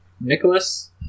Nicholas